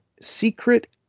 secret